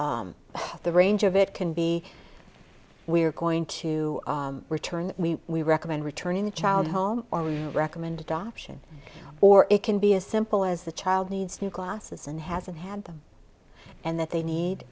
be the range of it can be we are going to return we we recommend returning the child home only recommend adoption or it can be as simple as the child needs new glasses and hasn't had them and that they need